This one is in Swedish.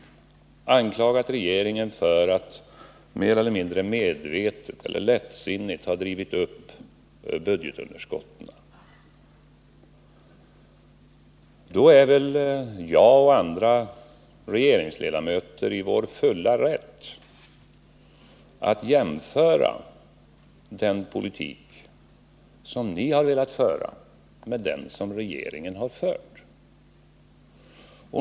Ni har anklagat regeringen för att mer eller mindre medvetet eller lättsinnigt ha drivit upp budgetunderskotten. Då är väl jag och andra regeringsledamöter i vår fulla rätt att jämföra den politik som ni har velat föra med den som regeringen har fört.